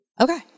Okay